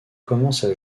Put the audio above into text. commencent